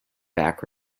back